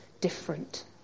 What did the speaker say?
different